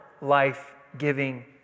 life-giving